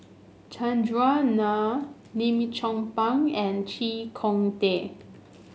Chandran Nair Lim Chong Pang and Chee Kong Tet